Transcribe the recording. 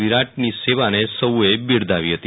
વિરાટ ની સેવાને સૌએ બિરદાવી હતી